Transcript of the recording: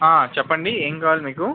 చెప్పండి ఏం కావాలి మీకు